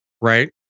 right